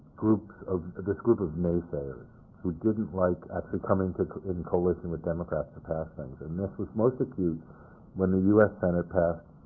groups of ah this group of naysayers who didn't like actually coming to in coalition with democrats to pass things. and this was most acute when the u s. senate passed